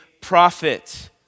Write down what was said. prophet